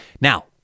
Now